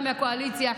גם מהקואליציה,